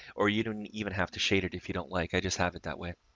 or you don't even have to shade it if you don't like, i just have it that way.